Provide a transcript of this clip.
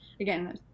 again